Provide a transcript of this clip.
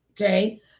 okay